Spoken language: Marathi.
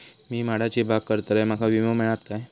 मी माडाची बाग करतंय माका विमो मिळात काय?